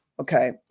okay